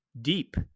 deep